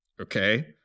okay